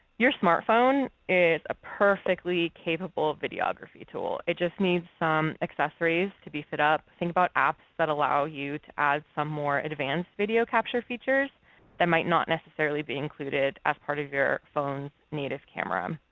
your smart phone is a perfectly capable videography tool. it just need some accessories to beef it up. think about apps that allow you to add some more advanced video capture features features that might not necessarily be included as part of your phone's native camera.